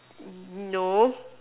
no